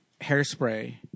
Hairspray